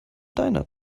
deiner